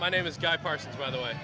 my name is guy parsons by the way